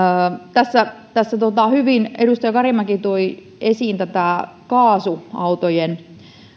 tässä tässä edustaja karimäki hyvin toi esiin tätä kaasuautojen